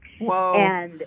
Whoa